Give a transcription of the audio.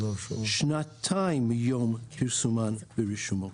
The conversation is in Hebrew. שנתיים מיום פרסומן ברשומות.